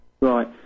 Right